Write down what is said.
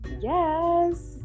Yes